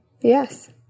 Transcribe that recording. Yes